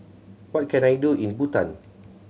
what can I do in Bhutan